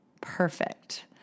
perfect